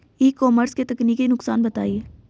ई commerce के तकनीकी नुकसान बताएं?